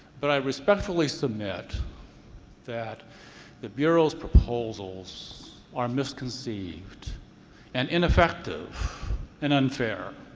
but i respectfully submit that the bureau's proposals are misconceived and ineffective and unfair,